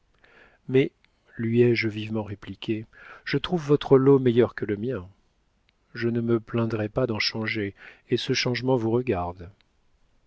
mais lui ai-je vivement répliqué je trouve votre lot meilleur que le mien je ne me plaindrais pas d'en changer et ce changement vous regarde